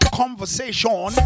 conversation